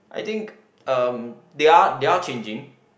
I think uh they are they are changing